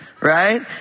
right